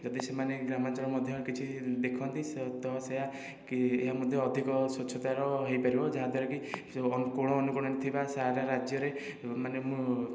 ଯଦି ସେମାନେ ଗ୍ରାମାଞ୍ଚଳ ମଧ୍ୟ କିଛି ଦେଖନ୍ତି ସେ ତ ସେୟା କି ଏହା ମଧ୍ୟ ଅଧିକ ସ୍ୱଚ୍ଛତାର ହେଇପାରିବ ଯାହାଦ୍ୱାରାକି ଯେଉଁ ଅନୁକୋଣ କୋଣ ଅନୁକୋଣରେ ଥିବା ସାରା ରାଜ୍ୟରେ ମାନେ ମୁଁ